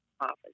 office